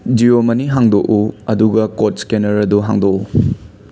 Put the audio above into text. ꯖꯤꯌꯣ ꯃꯅꯤ ꯍꯥꯡꯗꯣꯛꯎ ꯑꯗꯨꯒ ꯀꯣꯠ ꯁ꯭ꯀꯦꯅꯔ ꯑꯗꯨ ꯍꯥꯡꯗꯣꯛꯎ